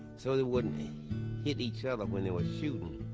so they wouldn't hit each other when they were shooting,